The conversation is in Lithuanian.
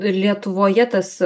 lietuvoje tas